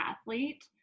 athlete